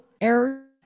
errors